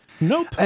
Nope